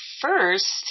first